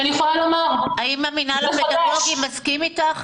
כי אני יכולה לומר מחדש --- האם המינהל הפדגוגי מסכים איתך?